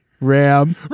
Ram